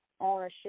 ownership